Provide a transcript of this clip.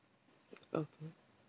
okay